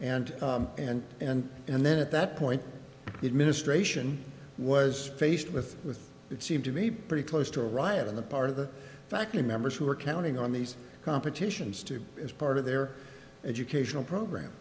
and and and and then at that point the administration was faced with that seemed to be pretty close to a riot on the part of the faculty members who were counting on these competitions to as part of their educational